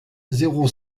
zéro